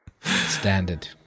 standard